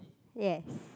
yes